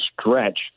stretch